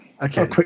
Okay